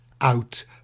out